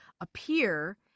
appear